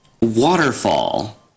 waterfall